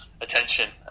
attention